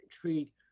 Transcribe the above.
treat